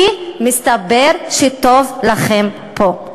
כי מסתבר שטוב לכם פה.